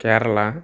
Kerala